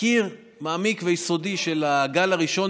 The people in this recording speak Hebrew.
תחקיר מעמיק ויסודי של הגל הראשון,